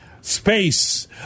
Space